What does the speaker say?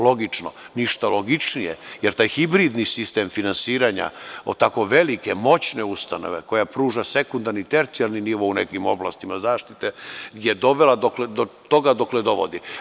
Logično, ništa logičnije, jer taj hibridni sistem finansiranja od tako velike, moćne ustanove koja pruža sekundarni i tercijalni nivo u nekim oblastima zaštite je dovela dotle dokle dovodi.